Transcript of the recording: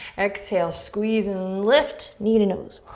exhale, squeeze and lift, knee to nose.